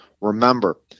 Remember